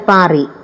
Pari